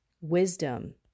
wisdom